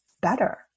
better